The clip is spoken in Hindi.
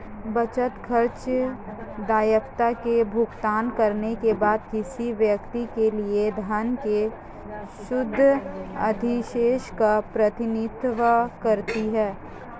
बचत, खर्चों, दायित्वों का भुगतान करने के बाद किसी व्यक्ति के लिए धन के शुद्ध अधिशेष का प्रतिनिधित्व करती है